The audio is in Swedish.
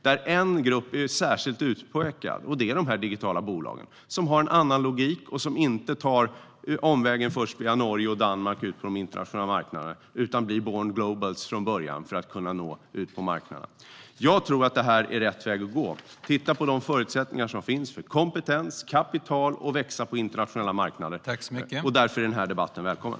Där är en grupp särskilt utpekad, nämligen de digitala bolagen, som har en annan logik och som inte först tar omvägen via Norge och Danmark ut på de internationella marknaderna utan blir "born globals" från början för att kunna nå ut på marknaderna. Jag tror att det här är rätt väg att gå. Vi ska titta på de förutsättningar som finns för kompetens, kapital och växande på internationella marknader. Därför är den här debatten välkommen.